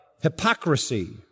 hypocrisy